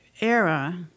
era